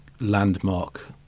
Landmark